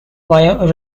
via